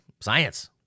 Science